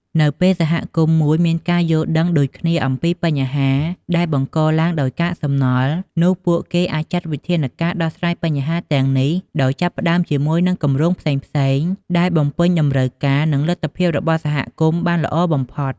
នៅពេលសហគមន៍មួយមានការយល់ដឹងដូចគ្នាអំពីបញ្ហាដែលបង្កឡើងដោយកាកសំណល់ នោះពួកគេអាចចាត់វិធានការដោះស្រាយបញ្ហាទាំងនេះ ដោយចាប់ផ្តើមជាមួយនឹងគម្រោងផ្សេងៗដែលបំពេញតម្រូវការនិងលទ្ធភាពរបស់សហគមន៍បានល្អបំផុត។